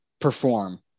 perform